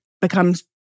becomes